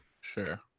sure